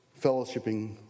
fellowshipping